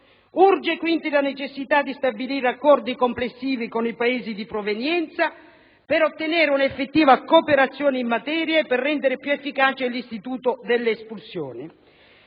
Urge quindi la necessità di stabilire accordi complessivi con i Paesi di provenienza per ottenere una effettiva cooperazione in materia e per rendere più efficace l'istituto delle espulsioni.